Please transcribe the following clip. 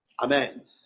Amen